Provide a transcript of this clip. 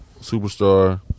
superstar